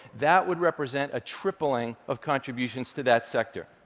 that would represent a tripling of contributions to that sector.